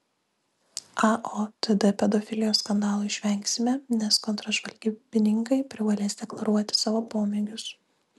aotd pedofilijos skandalų išvengsime nes kontržvalgybininkai privalės deklaruoti savo pomėgius